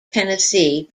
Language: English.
tennessee